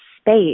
space